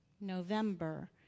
November